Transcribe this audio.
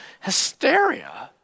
hysteria